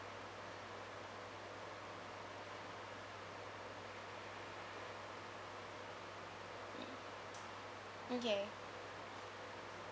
okay